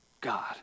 God